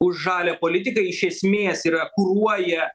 už žalią politiką iš esmės yra kuruoja